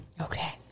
Okay